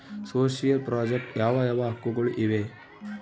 Social project ಯಾವ ಯಾವ ಹಕ್ಕುಗಳು ಇವೆ?